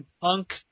Punk